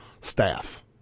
staff